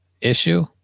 issue